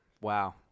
Wow